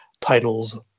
titles